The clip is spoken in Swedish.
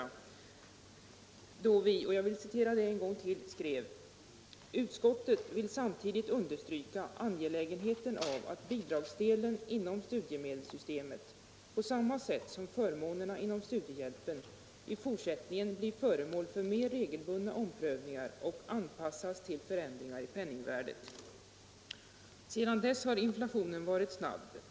Då skrev socialförsäkringsutskottet i sitt betänkande nr 19 vad jag tidigare citerade och nu vill upprepa: ”Utskottet —-—-- vill samtidigt understryka angelägenheten av att bidragsdelen inom studiemedelssystemet —- på samma sätt som förmånerna inom studiehjälpen — i fortsättningen blir föremål för mer regelbundna omprövningar och anpassas till förändringar i penningvärdet.” Sedan dess har inflationen varit snabb.